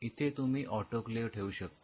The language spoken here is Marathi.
इथे तुम्ही ऑटोक्लेव ठेवू शकता